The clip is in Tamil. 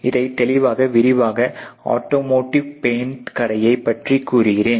இதை தெளிவாக விரிவாக ஆட்டோமோட்டிவ் பெயிண்ட் கடையை பற்றிக் கூறுகிறேன்